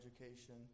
education